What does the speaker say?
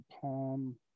palm